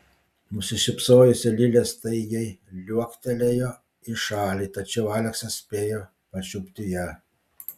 nusišypsojusi lilė staigiai liuoktelėjo į šalį tačiau aleksas spėjo pačiupti ją